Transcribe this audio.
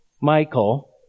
Michael